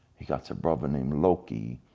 he got's a brother named loki,